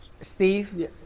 Steve